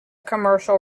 commercial